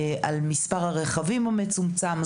על מספר הרכבים המצומצם.